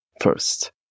first